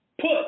Put